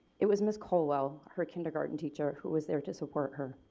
it was ms colewell her kindergarten teacher who was there to support her.